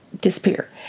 disappear